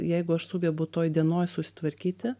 jeigu aš sugebu toj dienoj susitvarkyti